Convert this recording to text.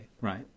Right